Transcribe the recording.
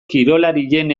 kirolarien